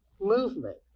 movement